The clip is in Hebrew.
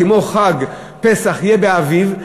כמו שחג פסח יהיה באביב,